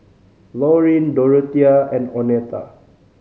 Lauryn Dorothea and Oneta